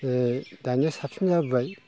बे दानिया साबसिन जाबोबाय